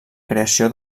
creació